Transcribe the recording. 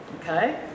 okay